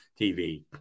tv